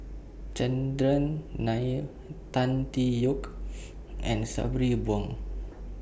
Chandran Nair Tan Tee Yoke and Sabri Buang